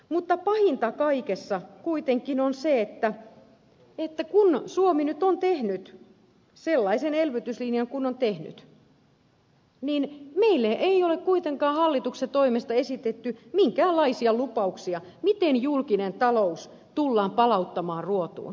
mutta pahinta kaikessa kuitenkin on se että kun suomi nyt on tehnyt sellaisen elvytyslinjan kuin on tehnyt niin meille ei ole kuitenkaan hallituksen toimesta esitetty minkäänlaisia lupauksia miten julkinen talous tullaan palauttamaan ruotuun